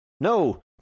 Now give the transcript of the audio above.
no